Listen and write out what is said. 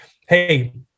hey